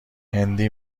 هندی